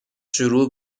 شروع